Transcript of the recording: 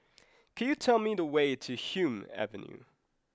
could you tell me the way to Hume Avenue